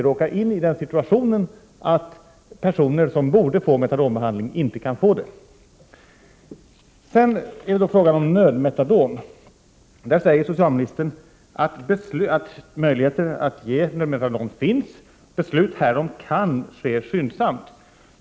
Sedan kommer vi till frågan om nödmetadon. Där säger socialministern att möjligheter att ge nödmetadon finns och att beslut härom kan ske skyndsamt.